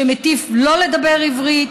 שמטיף לא לדבר עברית,